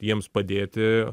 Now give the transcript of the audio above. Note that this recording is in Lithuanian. jiems padėti